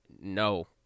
No